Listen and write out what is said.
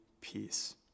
peace